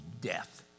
death